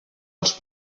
els